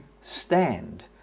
stand